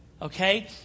Okay